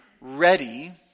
ready